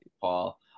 Paul